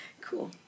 Cool